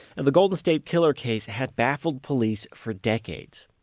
and the golden state killer case had baffled police for decades.